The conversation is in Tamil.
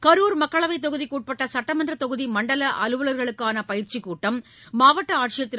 கரூர் மக்களவைத் தொகுதிக்குட்பட்டசுட்டமன்றதொகுதிமண்டலஅலுவலர்களுக்கானபயிற்சிக் கூட்டம் மாவட்டஆட்சியர் திரு